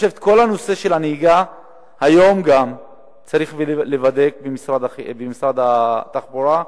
כל נושא הנהיגה צריך להיבדק היום במשרד התחבורה,